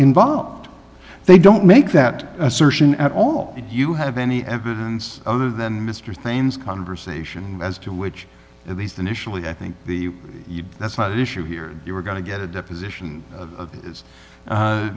involved they don't make that assertion at all if you have any evidence other than mr thain's conversation as to which at least initially i think the that's not the issue here you were going to get a deposition is is